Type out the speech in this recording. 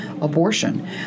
abortion